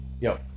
Yo